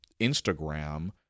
Instagram